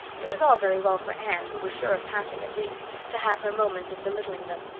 it was all very well for anne, who was sure of passing at least, to have her moments of belittling them,